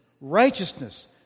righteousness